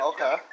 Okay